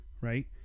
right